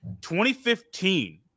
2015